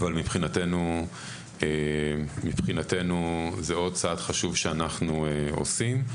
אבל מבחינתנו זה עוד צעד חשוב שאנחנו עושים.